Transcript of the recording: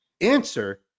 answer